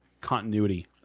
continuity